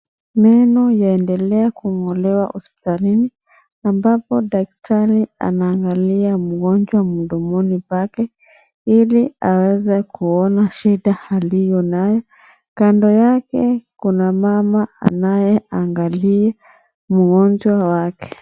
Meno inaendelea kung'olewa hospitalini ambapo daktari anaangalia mgonjwa mdomoni pake ili aweze kuona shida aliyo nayo. Kando yake kuna mama anaye angalia mgonjwa wake.